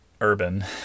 urban